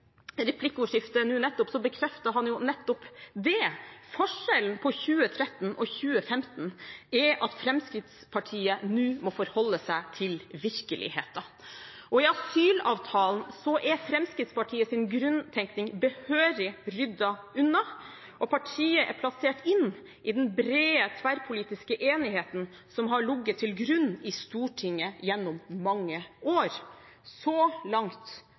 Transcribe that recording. replikkordskiftet nå nettopp bekreftet han nettopp det. Forskjellen på 2013 og 2015 er at Fremskrittspartiet nå må forholde seg til virkeligheten. I asylavtalen er Fremskrittspartiets grunntenkning behørig ryddet unna, og partiet er plassert inn i den brede tverrpolitiske enigheten som har ligget til grunn i Stortinget gjennom mange år. Så langt